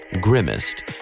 Grimmest